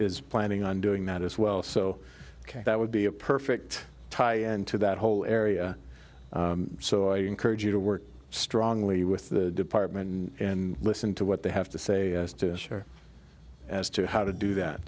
is planning on doing that as well so that would be a perfect tie into that whole area so i encourage you to work strongly with the department and listen to what they have to say to her as to how to do that